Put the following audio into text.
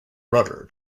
rudder